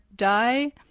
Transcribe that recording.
die